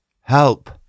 help